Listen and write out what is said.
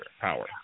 power